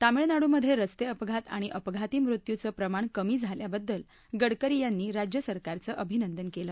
तमिळनाडूमध्ये रस्ते अपघात आणि अपघाती मृत्यूचं प्रमाण कमी झाल्याबद्दल गडकरी यांनी राज्य सरकारचं अभिनंदन केलं